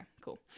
cool